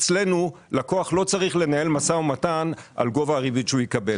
אצלנו לקוח לא צריך לנהל משא ומתן על גובה הריבית שהוא יקבל.